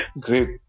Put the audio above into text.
great